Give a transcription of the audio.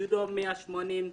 בג'ודו 180,